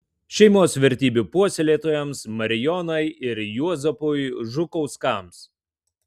šeimos vertybių puoselėtojams marijonai ir juozapui žukauskams